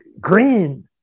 green